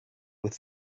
with